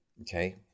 okay